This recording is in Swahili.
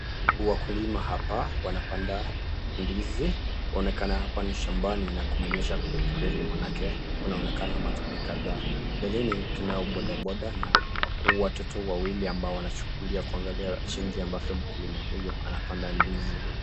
Wakulima hapa wanapanda ndizi waonekana hapa ni shambani na kumenyesha kweli kweli maanake kunaonekana matope kadhaa. Mbeleni tunao boda boda na watu watu wawili ambao wanachungulia kwangalia chini ambavyo mkulima huyo anapanda ndizi.